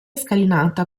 scalinata